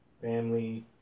Family